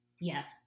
Yes